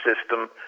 system